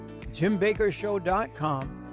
jimbakershow.com